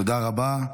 תודה רבה.